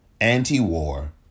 anti-war